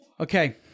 Okay